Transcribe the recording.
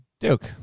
Duke